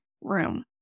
Room